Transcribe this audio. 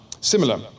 similar